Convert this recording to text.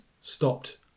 stopped